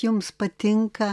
jums patinka